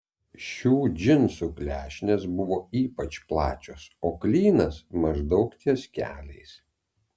šių džinsų klešnės buvo ypač plačios o klynas maždaug ties keliais